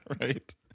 right